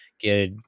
Get